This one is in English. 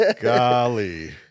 golly